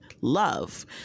Love